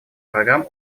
программ